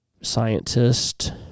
scientist